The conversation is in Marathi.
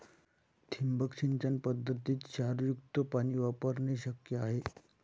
ठिबक सिंचन पद्धतीत क्षारयुक्त पाणी वापरणे शक्य आहे